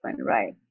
right